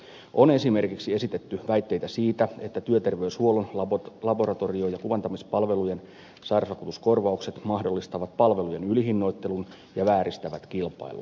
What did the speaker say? on esimerkiksi esitetty väitteitä siitä että työterveyshuollon laboratorio ja kuvantamispalvelujen sairausvakuutuskorvaukset mahdollistavat palvelujen ylihinnoittelun ja vääristävät kilpailua